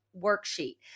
worksheet